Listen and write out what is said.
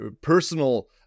personal